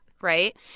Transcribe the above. right